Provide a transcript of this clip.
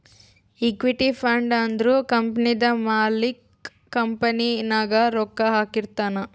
equity fund ಅಂದುರ್ ಕಂಪನಿದು ಮಾಲಿಕ್ಕ್ ಕಂಪನಿ ನಾಗ್ ರೊಕ್ಕಾ ಹಾಕಿರ್ತಾನ್